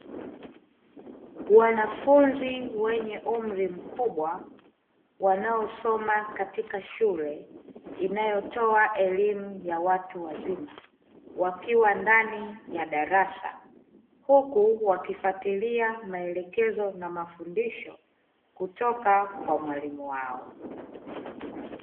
Wanafunzi wenye umri mkubwa, wanaosoma katika shule inayotoa elimu ya watu wazima, wakiwa ndani ya darasa, huku wakifuatilia maelekezo na mafundisho kutoka kwa mwalimu wao.